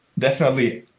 definitely,